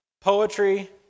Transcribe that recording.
poetry